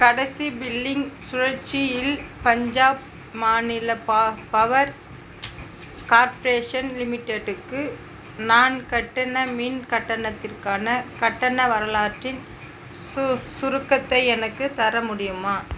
கடைசி பில்லிங் சுழற்சியில் பஞ்சாப் மாநில பா பவர் கார்ப்ரேஷன் லிமிடெட்டுக்கு நான் கட்டின மின் கட்டணத்திற்கான கட்டண வரலாற்றின் சு சுருக்கத்தை எனக்குத் தர முடியுமா